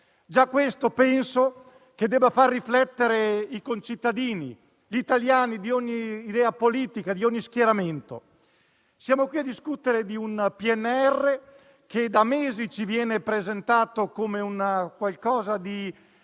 Già questo penso debba far riflettere i concittadini, gli italiani, di ogni linea politica e di ogni schieramento. Siamo qui a discutere di un PNRR che da mesi ci viene presentato come qualcosa di